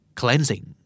cleansing